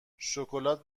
شکلات